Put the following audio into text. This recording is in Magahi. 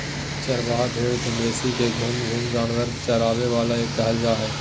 चरवाहा भेड़ मवेशी के घूम घूम जानवर चराबे वाला के कहल जा हइ